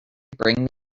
bring